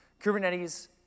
Kubernetes